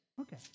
Okay